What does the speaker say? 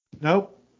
Nope